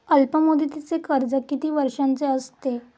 अल्पमुदतीचे कर्ज किती वर्षांचे असते?